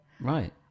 right